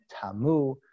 tamu